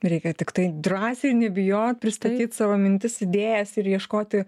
reikia tiktai drąsiai nebijot pristatyt savo mintis idėjas ir ieškoti